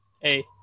Hey